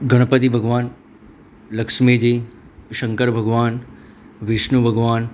ગણપતિ ભગવાન લક્ષ્મીજી શંકર ભગવાન વિષ્ણુ ભગવાન